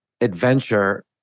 adventure